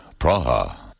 Praha